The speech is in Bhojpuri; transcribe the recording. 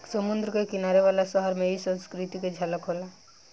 समुंद्र के किनारे वाला शहर में इ संस्कृति के झलक होला